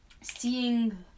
seeing